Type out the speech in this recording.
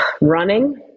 Running